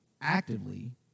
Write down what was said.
actively